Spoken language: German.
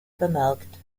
bemerkt